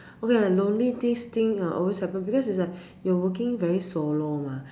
okay ya lonely this thing ha always happen because it's like you working very solo mah